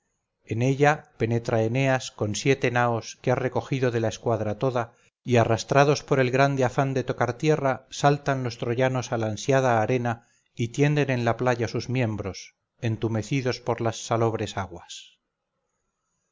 en ella penetra eneas con siete naos que ha recogido de la escuadra toda y arrastrados por el grande afán de tocar tierra saltan los troyanos a la ansiada arena y tienden en la playa sus miembros entumecidos por las salobres aguas